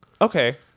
Okay